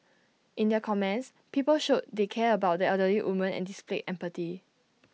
in their comments people showed they cared about the elderly woman and displayed empathy